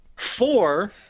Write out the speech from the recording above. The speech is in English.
Four